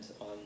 on